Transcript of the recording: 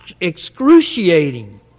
excruciating